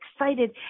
excited